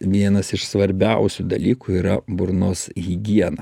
vienas iš svarbiausių dalykų yra burnos higiena